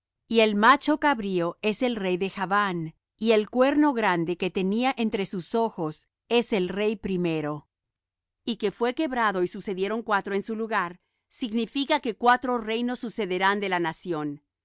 y el macho cabrío es el rey de javán y el cuerno grande que tenía entre sus ojos es el rey primero y que fué quebrado y sucedieron cuatro en su lugar significa que cuatro reinos sucederán de la nación